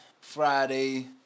Friday